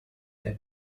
they